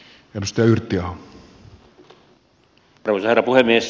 arvoisa herra puhemies